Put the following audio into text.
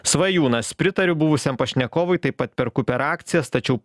svajūnas pritariu buvusiam pašnekovui taip pat perku per akcijas tačiau